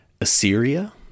Assyria